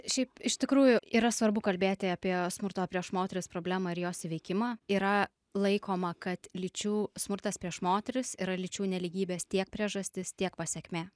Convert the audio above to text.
šiaip iš tikrųjų yra svarbu kalbėti apie smurto prieš moteris problemą ir jos įveikimą yra laikoma kad lyčių smurtas prieš moteris yra lyčių nelygybės tiek priežastis tiek pasekmė